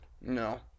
No